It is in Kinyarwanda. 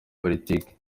politiki